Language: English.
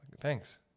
Thanks